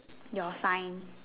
your sign